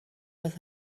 with